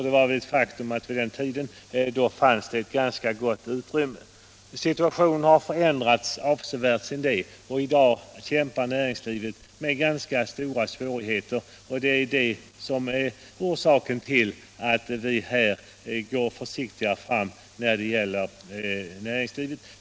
Det är ett faktum att det vid den tiden fanns ett ganska gott utrymme. Situationen har förändrats avsevärt sedan dess, och i dag kämpar näringslivet med rätt stora svårigheter. Det är orsaken till att vi går försiktigare fram när det gäller näringslivet.